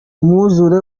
umwuzure